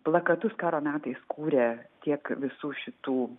plakatus karo metais kūrė tiek visų šitų